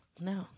No